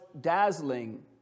dazzling